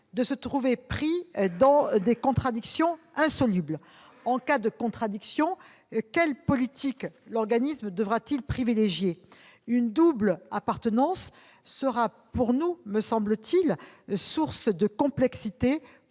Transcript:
de se trouver pris dans des contradictions insolubles. En cas de contradiction, quelle politique l'organisme devra-t-il privilégier ? Une double appartenance sera pour nous, me semble-t-il, source de complexité